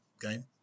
game